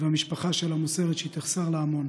והמשפחה שלה מוסרת שהיא תחסר לה המון.